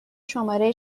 شماره